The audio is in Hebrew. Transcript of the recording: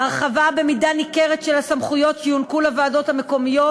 הרחבה במידה ניכרת של הסמכויות שיוענקו לוועדות המקומיות,